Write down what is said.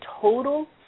total